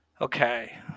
Okay